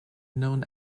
known